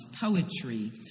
poetry